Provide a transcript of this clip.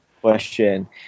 question